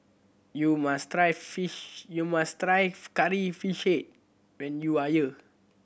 you must try fish you must try Curry Fish Head when you are here